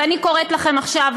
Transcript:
ואני קוראת לכם עכשיו,